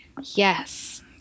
yes